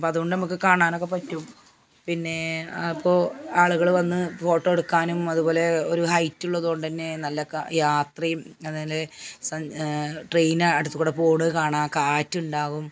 അപ്പം അതു കൊണ്ട് നമുക്ക് കാണാനൊക്കെപ്പറ്റും പിന്നേ അപ്പോൾ ആളുകൾ വന്നു ഫോട്ടോ എടുക്കാനും അതുപോലെ ഒരു ഹൈറ്റുള്ളതുകൊണ്ടു തന്നെ നല്ല യാത്രയും അതിലെ സ ട്രെയിനടുത്തു കൂടി പോകണതു കാണാം കാറ്റുണ്ടാകും